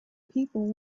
people